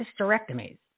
hysterectomies